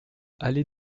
allée